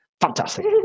Fantastic